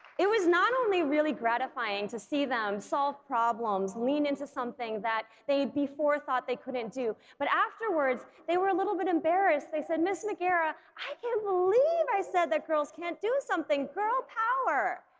it was not only really gratifying to see them solve problems, lean into something that they before thought they couldn't do, but afterwards they were a little bit embarrassed they said ms. magiera i can't believe i said that girls can't do something, girl power!